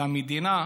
והמדינה,